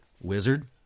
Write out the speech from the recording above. Wizard